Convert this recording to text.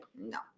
no